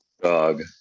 Dog